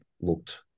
looked